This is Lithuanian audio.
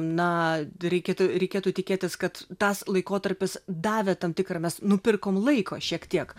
na reikėtų reikėtų tikėtis kad tas laikotarpis davė tam tikrą mes nupirkom laiko šiek tiek